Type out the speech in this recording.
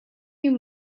you